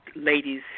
Ladies